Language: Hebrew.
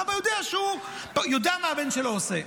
האבא יודע מה הבן שלו עושה.